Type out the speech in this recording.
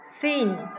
Thin